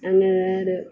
അങ്ങനെയൊരു